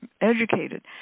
educated